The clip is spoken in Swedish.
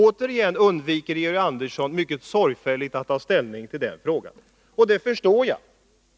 Återigen undviker Georg Andersson sorgfälligt att ta ställning. Och det förstår jag.